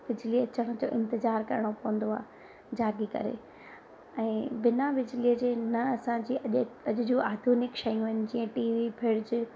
बिजली अचण जो इंतिज़ार करिणो पवंदो आहे जाॻी करे ऐं बिना बिजलीअ जे न असांजी अॼु जूं आधुनिक शयूं इन जीअं टीवी फिरिज